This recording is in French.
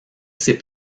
ces